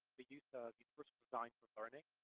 the use of universal design for learning,